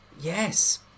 yes